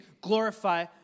glorify